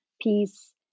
peace